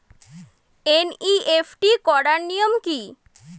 NEFT করার নিয়ম কী?